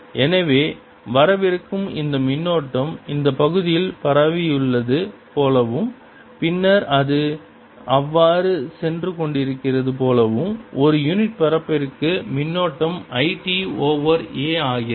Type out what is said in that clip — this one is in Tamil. எனவே வரவிருக்கும் இந்த மின்னோட்டம் இந்த பகுதியில் பரவியுள்ளது போலவும் பின்னர் அது அவ்வாறு சென்று கொண்டிருக்கிறது போலவும் ஒரு யூனிட் பரப்பிற்கு மின்னோட்டம் I t overஓவர் a ஆகிறது